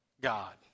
God